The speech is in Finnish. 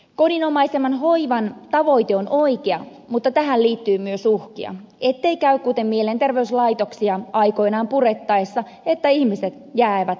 kodinomaisemman hoivan tavoite on oikea mutta tähän liittyy myös uhkia ettei käy kuten mielenterveyslaitoksia aikoinaan purettaessa että ihmiset jäävät heitteille